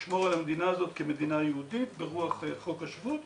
לשמור על המדינה הזאת כמדינה יהודית ברוח חוק השבות,